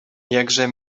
jakże